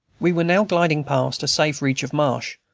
we were now gliding past a safe reach of marsh,